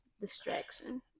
distraction